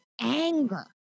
anger